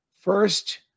First